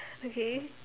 okay